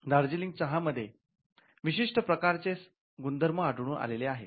दार्जिलिंग चहा मध्ये विशिष्ट प्रकारचे गुणधर्म आढळून आलेले आहेत